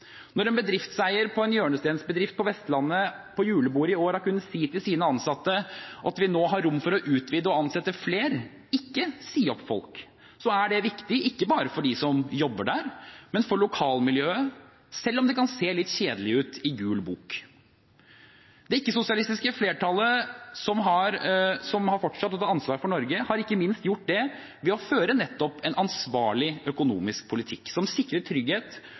Når en bedriftseier i en hjørnestensbedrift på Vestlandet på julebordet i år har kunnet si til sine ansatte at de nå har rom for å utvide og ansette flere og ikke si opp folk, er det viktig ikke bare for dem som jobber der, men for lokalmiljøet, selv om det kan se litt kjedelig ut i Gul bok. Det ikke-sosialistiske flertallet som har fortsatt å ta ansvar for Norge, har ikke minst gjort det ved å føre nettopp en ansvarlig økonomisk politikk som sikrer trygghet,